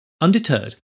Undeterred